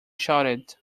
shouted